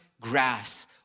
grass